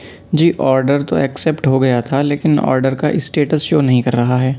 جی order تو accept ہو گیا تھا لیکن آرڈر کا اسٹیٹس شو نہیں کر رہا ہے